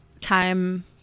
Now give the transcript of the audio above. time